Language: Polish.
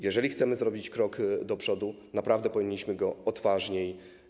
Jeżeli chcemy zrobić krok do przodu, naprawdę powinniśmy go zrobić odważniej.